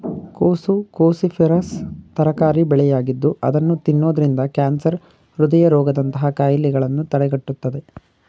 ಕೋಸು ಕ್ರೋಸಿಫೆರಸ್ ತರಕಾರಿ ಬೆಳೆಯಾಗಿದ್ದು ಅದನ್ನು ತಿನ್ನೋದ್ರಿಂದ ಕ್ಯಾನ್ಸರ್, ಹೃದಯ ರೋಗದಂತಹ ಕಾಯಿಲೆಗಳನ್ನು ತಡೆಗಟ್ಟುತ್ತದೆ